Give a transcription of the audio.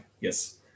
Yes